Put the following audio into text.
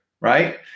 right